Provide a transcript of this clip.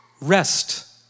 rest